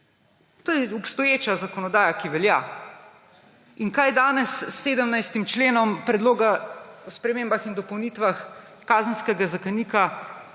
To je obstoječa zakonodaja, ki velja. In kaj danes s 17. členom predloga o spremembah in dopolnitvah Kazenskega zakonika